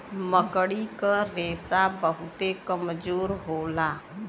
मकड़ी क रेशा बहुते कमजोर होला